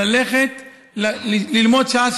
ללכת ללמוד שעה,